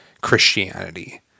Christianity